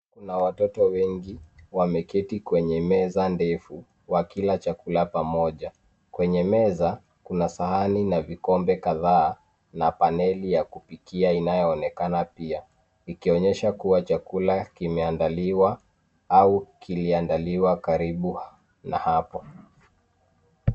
Kuna watoto wengi wameketi kwenye meza ndefu, wakila chakula pamoja. Kwenye meza, kuna sahani na vikombe kadhaa na paneli ya kupikia inayo onekana pia. ikionyesha kuwa chakula kimeandaliwa au kiliandaliwa karibu na hapo.